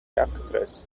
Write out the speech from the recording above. actress